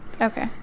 Okay